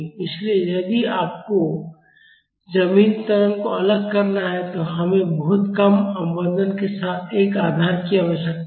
इसलिए यदि आपको जमीनी त्वरण को अलग करना है तो हमें बहुत कम अवमंदन के साथ एक आधार की आवश्यकता है